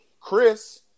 Chris